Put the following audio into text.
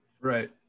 Right